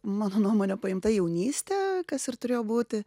mano nuomone paimta jaunystė kas ir turėjo būti